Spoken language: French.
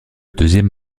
deuxième